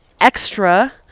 extra